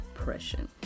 oppression